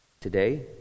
today